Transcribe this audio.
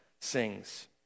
sings